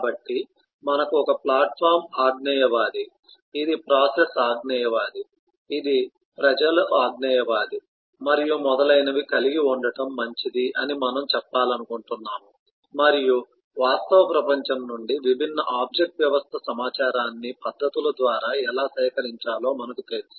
కాబట్టి మనకు ఒక ప్లాట్ఫాం అజ్ఞేయవాది ఇది ప్రాసెస్ అజ్ఞేయవాది ఇది ప్రజలు అజ్ఞేయవాది మరియు మొదలైనవి కలిగి ఉండటం మంచిది అని మనము చెప్పాలనుకుంటున్నాము మరియు వాస్తవ ప్రపంచం నుండి విభిన్న ఆబ్జెక్ట్ వ్యవస్థ సమాచారాన్ని పద్ధతుల ద్వారా ఎలా సేకరించాలో మనకు తెలుసు